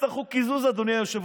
להצבעה על ההצעה